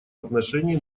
отношении